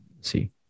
see